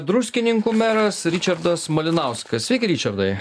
druskininkų meras ričardas malinauskas ričardai